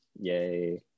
yay